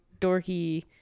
dorky